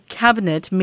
cabinet